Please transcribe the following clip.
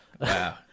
Wow